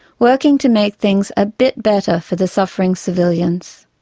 working to make things a bit better for the suffering civilians.